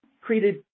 created